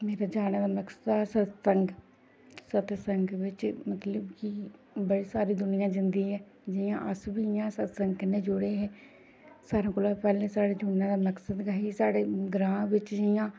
मेरे जाने दा मकसद हा सतसंग सतसंग बिच्च मतलब कि बड़ी सारी दुनिया जंदी ऐ जियां अस बी इ'यां सतसंग कन्नै जुड़े हे सारें कोलां पैह्लें साढ़े जुड़ने दा मकसद हा कि साढ़े ग्रांऽ बिच्च जियां